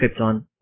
Krypton